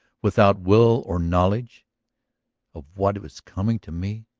without will or knowledge of what was coming to me,